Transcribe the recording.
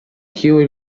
kiuj